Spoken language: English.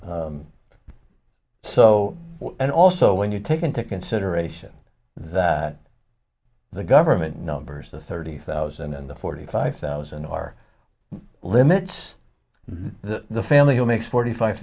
so and also when you take into consideration that the government numbers thirty thousand and forty five thousand are limits that the family who makes forty five